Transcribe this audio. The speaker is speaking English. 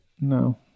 No